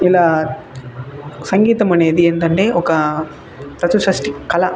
ఇలా సంగీతం అనేది ఏంటంటే ఒక చతుషస్టి కళ